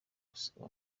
gusaba